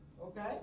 Okay